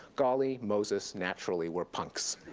golly moses, natcherly we're punks.